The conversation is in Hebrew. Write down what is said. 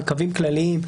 בקווים כלליים,